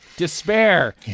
Despair